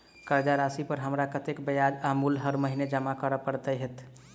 कर्जा राशि पर हमरा कत्तेक ब्याज आ मूल हर महीने जमा करऽ कऽ हेतै?